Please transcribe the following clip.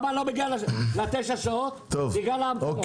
בגלל ההמתנות.